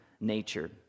nature